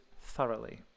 thoroughly